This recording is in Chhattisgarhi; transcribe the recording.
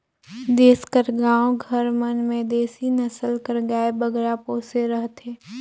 देस कर गाँव घर मन में देसी नसल कर गाय बगरा पोसे रहथें